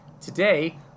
today